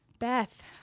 Beth